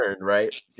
right